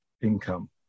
income